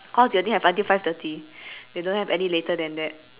cause they only have until five thirty they don't have any later than that